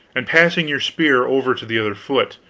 and passing your spear over to the other foot,